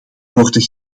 worden